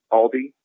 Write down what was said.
Aldi